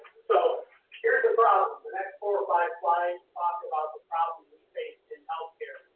so here's the problem. the next four or five slides talk about the problem we face in healthcare.